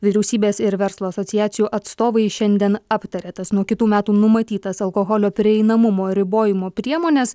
vyriausybės ir verslo asociacijų atstovai šiandien aptarė tas nuo kitų metų numatytas alkoholio prieinamumo ribojimo priemones